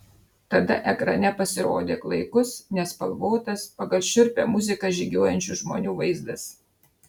tada ekrane pasirodė klaikus nespalvotas pagal šiurpią muziką žygiuojančių žmonių vaizdas